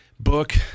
book